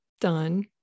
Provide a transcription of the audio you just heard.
done